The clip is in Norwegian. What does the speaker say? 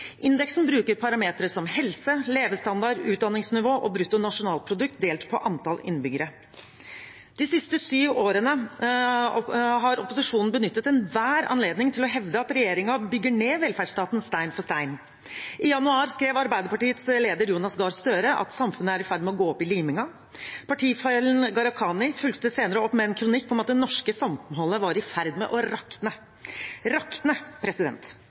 Indeksen bruker parametere som helse, levestandard, utdanningsnivå og bruttonasjonalprodukt delt på antall innbyggere. De siste syv årene har opposisjonen benyttet enhver anledning til å hevde at regjeringen bygger ned velferdsstaten stein for stein. I januar skrev Arbeiderpartiets leder Jonas Gahr Støre at samfunnet er i ferd med å gå opp i limingen. Partifellen Gharahkhani fulgte senere opp med en kronikk om at det norske samholdet var i ferd med å rakne.